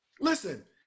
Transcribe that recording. Listen